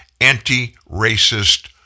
anti-racist